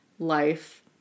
life